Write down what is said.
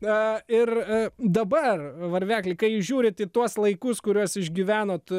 na ir dabar varvekli kai jūs žiūrit į tuos laikus kuriuos išgyvenot